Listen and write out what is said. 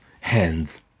hands